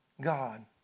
God